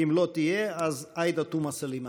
ואם היא לא תהיה, אז עאידה תומא סלימאן.